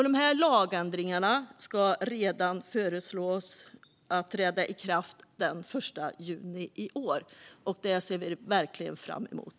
De här lagändringarna föreslås träda i kraft redan den 1 juni i år. Det ser vi verkligen fram emot.